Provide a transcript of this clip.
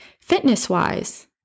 fitness-wise